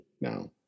now